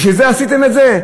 בשביל זה עשיתם את זה?